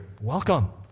welcome